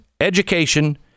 education